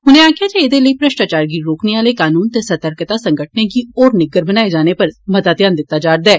उनें आक्खेआ जे एहदे लेई भ्रष्टाचार गी रोकने आले कनून ते सतर्कता संगठनें गी होर निग्गर बनाए जाने बारै मता ध्यान दित्ता जा रदा ऐ